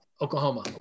Oklahoma